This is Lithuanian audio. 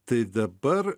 tai dabar